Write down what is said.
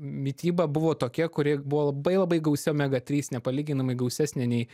mityba buvo tokia kuri buvo labai labai gausi omega trys nepalyginamai gausesnė nei